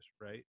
right